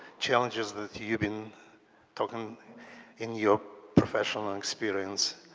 challenges that you've been talking in your professional and experience.